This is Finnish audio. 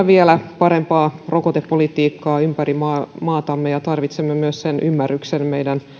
vielä parempaa rokotepolitiikkaa ympäri maatamme ja tarvitsemme myös sen ymmärryksen meidän